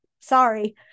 Sorry